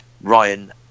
Ryan